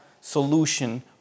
solution